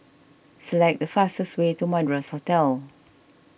select the fastest way to Madras Hotel